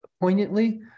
poignantly